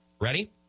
Ready